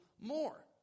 more